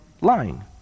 lying